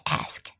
ask